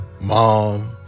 Mom